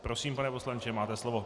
Prosím, pane poslanče, máte slovo.